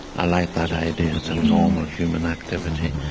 i like that idea. it's a normal human activity.